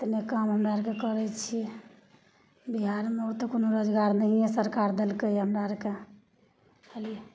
तऽ नहि काम हमरा आओरके करै छिए बिहारमे ओ तऽ कोनो रोजगार नहिए सरकार देलकैए हमरा आओरके एहिलिए